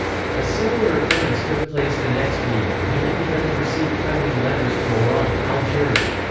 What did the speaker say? a similar occurrence took place the next year and he had begun to receive threatening letters from oran, algeria.